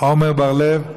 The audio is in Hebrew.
עמר בר-לב,